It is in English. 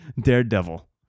Daredevil